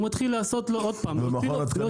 הוא מתחיל לעשות לו -- מכון התקנים דורש?